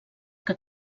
que